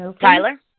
Tyler